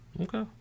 Okay